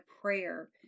prayer